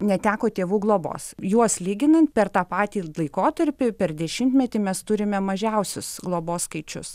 neteko tėvų globos juos lyginant per tą patį laikotarpį per dešimtmetį mes turime mažiausius globos skaičius